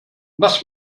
was